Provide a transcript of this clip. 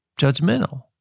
judgmental